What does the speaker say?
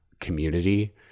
community